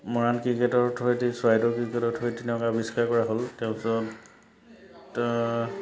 মৰাণ ক্ৰিকেটৰ থ্ৰুৱেদি চৰাইদেউ ক্ৰিকেটৰ থ্ৰুৱেদি তেওঁক আৱিষ্কাৰ কৰা হ'ল তেওঁ